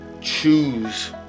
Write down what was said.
choose